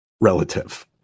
relative